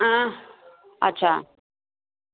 अं अच्छा